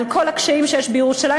על כל הקשיים שיש בירושלים,